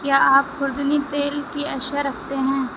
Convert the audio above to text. کیا آپ خوردنی تیل کی اشیاء رکھتے ہیں